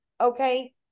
Okay